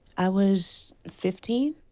i was fifteen.